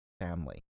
family